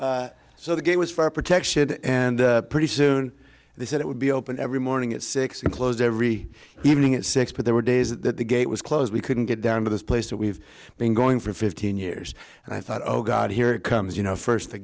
go so the gate was for protection and pretty soon they said it would be open every morning at six and closed every evening at six but there were days that the gate was closed we couldn't get down to this place that we've been going for fifteen years and i thought oh god here comes you know first the